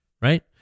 right